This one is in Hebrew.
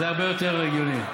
זה הרבה יותר הגיוני.